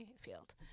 field